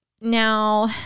Now